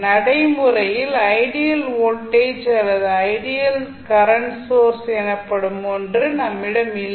நடைமுறையில் ideal voltage அல்லது ideal current source எனப்படும் ஒன்று நம்மிடம் இல்லை